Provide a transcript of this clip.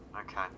okay